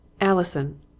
Allison